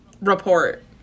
report